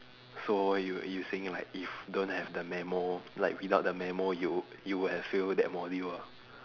so you you saying like if don't have the memo like without the memo you you would have failed that module ah